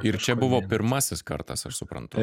ir čia buvo pirmasis kartas aš suprantu